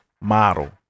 model